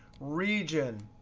region.